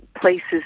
places